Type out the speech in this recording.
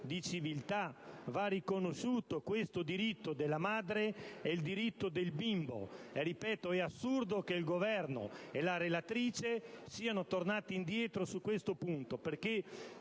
di civiltà. Va dunque riconosciuto, lo ripeto, il diritto della madre ed il diritto del bimbo. È assurdo che il Governo e la relatrice siano tornati indietro su questo punto, perché